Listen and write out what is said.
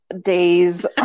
days